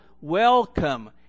welcome